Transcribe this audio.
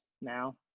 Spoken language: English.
now